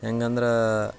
ಹೆಂಗಂದ್ರೆ